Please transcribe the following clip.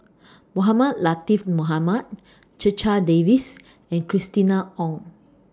Mohamed Latiff Mohamed Checha Davies and Christina Ong